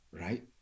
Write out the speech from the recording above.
right